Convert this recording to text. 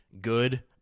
good